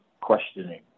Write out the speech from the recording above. questioning